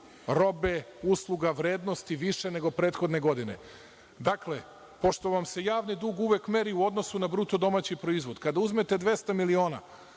robe, usluga, vrednosti više nego prethodne godine. Dakle, pošto nam se javni dug uvek meri u odnosu na BDP, kada uzmete 200 miliona